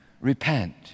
Repent